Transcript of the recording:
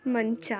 ಮಂಚ